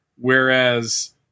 whereas